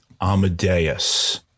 Amadeus